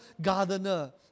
gardener